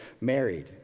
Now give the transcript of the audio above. married